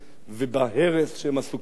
ובהרס שהם עסוקים בו,